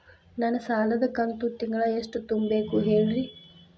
ನನ್ನ ಸಾಲದ ಕಂತು ತಿಂಗಳ ಎಷ್ಟ ತುಂಬಬೇಕು ಹೇಳ್ರಿ?